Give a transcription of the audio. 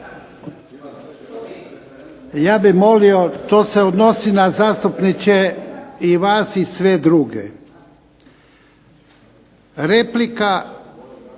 Ja bih molio, to se odnosi zastupniče na vas i sve druge. Replika